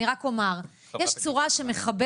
אני רק אומר, יש צורה שמכבדת